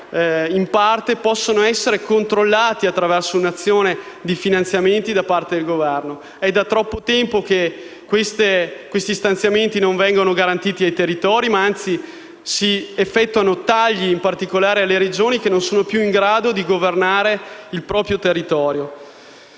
in parte possono essere controllati attraverso un'azione di prevenzione finanziata dal Governo. È da troppo tempo che gli stanziamenti non vengono garantiti ai territori, ma anzi si effettuano tagli, in particolare alle Regioni, che non sono più in grado di governare il proprio territorio.